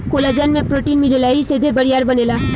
collagen में protein मिलेला एही से देह बरियार बनेला